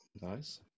Nice